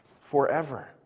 forever